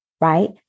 right